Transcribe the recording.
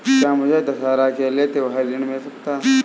क्या मुझे दशहरा के लिए त्योहारी ऋण मिल सकता है?